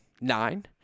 Nine